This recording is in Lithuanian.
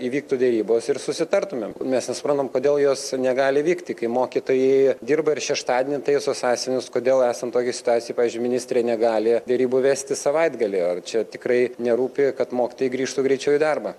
įvyktų derybos ir susitartumėm mes nesuprantam kodėl jos negali vykti kai mokytojai dirba ir šeštadienį taiso sąsiuvinius kodėl esant tokiai situacijai pavyzdžiui ministrė negali derybų vesti savaitgalį ar čia tikrai nerūpi kad mokytojai grįžtų greičiau į darbą